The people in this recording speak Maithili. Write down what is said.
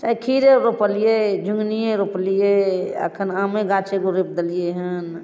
खीरे रोपलियै झिगनीये रोपलियै एखन आमे गाछ के रोपि देलियै हन